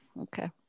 okay